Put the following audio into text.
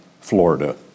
Florida